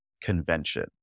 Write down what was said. convention